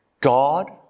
God